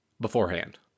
beforehand